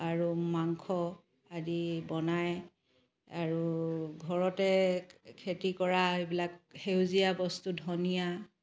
আৰু মাংস আদি বনাই আৰু ঘৰতে খেতি কৰা এইবিলাক সেউজীয়া বস্তু ধনিয়া